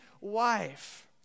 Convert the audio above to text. wife